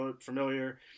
familiar